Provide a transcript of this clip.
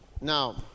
now